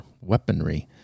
weaponry